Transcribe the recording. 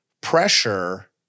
pressure